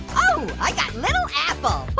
oh, i got little apple.